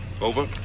Over